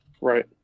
Right